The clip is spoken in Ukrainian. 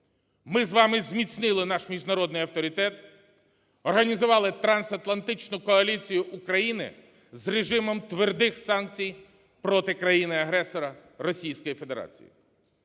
Ми з вами зміцнили наш міжнародний авторитет, організували трансатлантичну коаліцію України з режимом твердих санкцій проти країни-агресора – Російської Федерації.